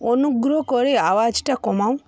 অনুগ্রহ করে আওয়াজটা কমাও